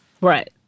Right